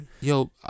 Yo